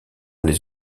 les